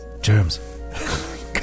germs